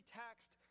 taxed